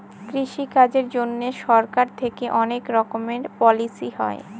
কৃষি কাজের জন্যে সরকার থেকে অনেক রকমের পলিসি হয়